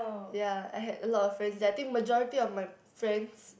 ya I had a lot of friends there I think majority of my friends